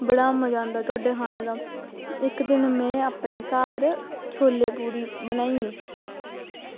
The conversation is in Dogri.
बड़ा मज़ा आंदा ढोड्डे खानै दा इक्क दिन में अपने घर छोले पूड़ी बनाई